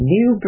New